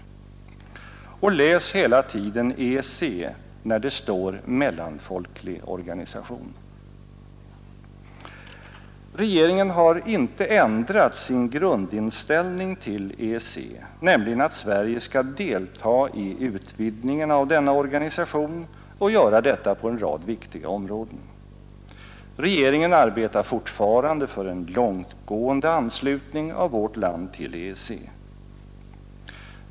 Och läs hela tiden EEC när det står mellanfolklig organisation! Regeringen har inte ändrat sin grundinställning till EEC, nämligen att Sverige skall delta i utvidgningen av denna organisation och göra detta på en rad viktiga områden. Regeringen arbetar fortfarande för en långtgående anslutning av vårt land till EEC.